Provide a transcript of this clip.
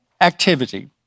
activity